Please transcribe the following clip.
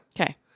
Okay